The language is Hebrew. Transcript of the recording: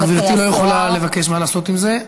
גברתי לא יכולה לבקש מה לעשות עם זה.